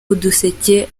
uduseke